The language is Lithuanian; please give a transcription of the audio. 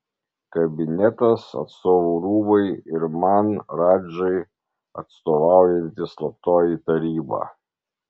kabinetas atstovų rūmai ir man radžai atstovaujanti slaptoji taryba